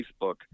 facebook